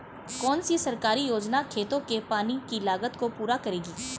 कौन सी सरकारी योजना खेतों के पानी की लागत को पूरा करेगी?